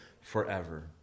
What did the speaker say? forever